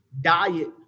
diet